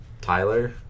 Tyler